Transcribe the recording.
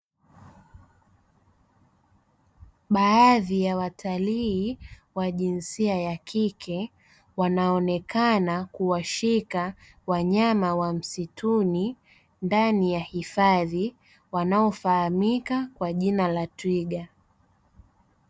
Baadhi ya watalii wa jinsi ya kike wanaonekana kuwashika wanyama wa msituni ndani ya hifadhi wanaofahamika kwa jina la twiga.